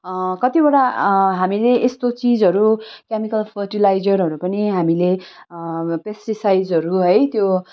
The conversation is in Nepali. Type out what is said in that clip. कतिवटा हामीले यस्तो चिजहरू केमिकल फर्टिलाइजरहरू पनि हामीले पेस्टिसाइड्सहरू है त्यो